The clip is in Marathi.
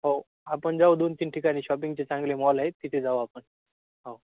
हो आपण जाऊ दोन तीन ठिकाणी शॉपिंगचे चांगले मॉल आहेत तिथे जाऊ आपण हो